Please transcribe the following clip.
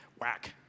Whack